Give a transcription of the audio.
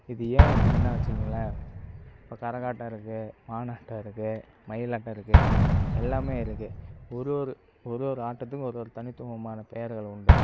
இது ஏன் இப்பிடினா வச்சுக்குங்களேன் இப்போ கரகாட்டம் இருக்குது மானாட்டம் இருக்குது மயிலாட்டம் இருக்குது எல்லாமே இருக்குது ஒருவொரு ஒரு ஒரு ஆட்டத்துக்கும் ஒரு ஒரு தனித்துவமான பேறுகள் உண்டு